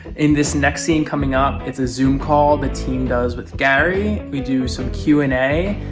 in this next scene coming up, it's a zoom call the team does with gary. we do some q and a,